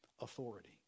Authority